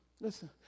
listen